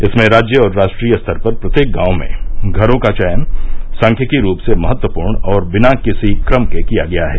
इसमें राज्य और राष्ट्रीय स्तर पर प्रत्येक गांव में घरों का चयन सांख्यिकी रूप से महत्वपूर्ण और बिना किसी क्रम के किया गया है